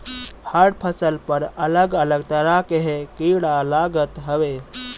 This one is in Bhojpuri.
हर फसल पर अलग अलग तरह के कीड़ा लागत हवे